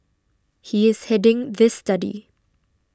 he is heading this study